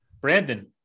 brandon